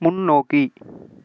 முன்னோக்கி